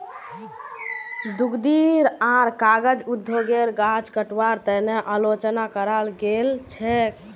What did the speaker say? लुगदी आर कागज उद्योगेर गाछ कटवार तने आलोचना कराल गेल छेक